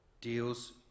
deals